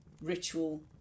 ritual